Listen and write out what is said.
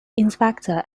inspector